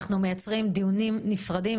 אנחנו מייצרים דיונים נפרדים.